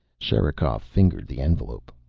sherikov fingered the envelope.